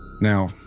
Now